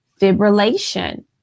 fibrillation